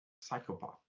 psychopath